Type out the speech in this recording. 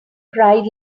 cried